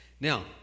Now